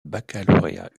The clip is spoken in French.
baccalauréat